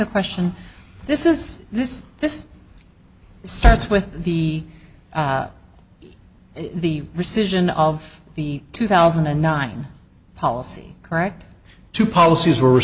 a question this is this this starts with the the decision of the two thousand and nine policy correct to policies were